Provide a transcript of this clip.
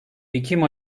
ekim